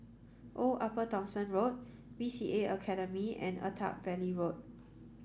Old Upper Thomson Road B C A Academy and Attap Valley Road